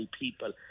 people